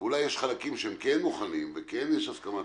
אולי יש חלקים שכן מוכנים וכן יש הסכמת